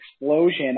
explosion